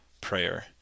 prayer